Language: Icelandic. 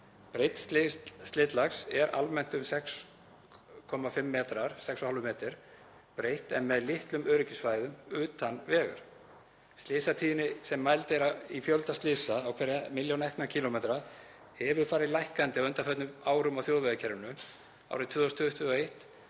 Breidd slitlags er almennt um 6,5 m breitt en með litlum öryggissvæðum utan vegar. Slysatíðni sem mæld er í fjölda slysa á hverja milljón ekna kílómetra hefur farið lækkandi á undanförnum árum á þjóðvegakerfinu. Árið 2021